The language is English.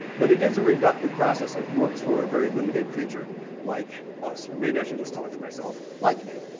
but it is a reductive process that works for a very limited creature like us or maybe i should just talk to myself, like me.